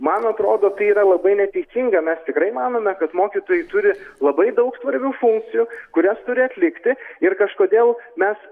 man atrodo tai yra labai neteisinga mes tikrai manome kad mokytojai turi labai daug svarbių funkcijų kurias turi atlikti ir kažkodėl mes